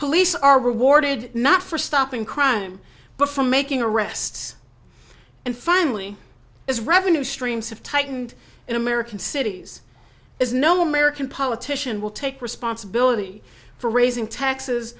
police are rewarded not for stopping crime but from making arrests and finally as revenue streams have tightened in american cities as no american politician will take responsibility for raising taxes